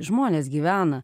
žmonės gyvena